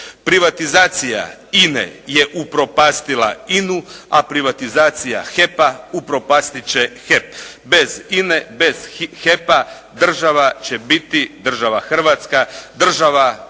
Privatizacija INA-e je upropastila INA-u, a privatizacija HEP-a upropastiti će HEP. Bez INA-e, bez HEP-a država će biti, država Hrvatska, država usuđujem